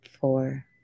four